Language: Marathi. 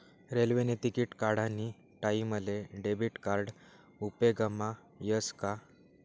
रेल्वेने तिकिट काढानी टाईमले डेबिट कार्ड उपेगमा यस का